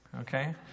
Okay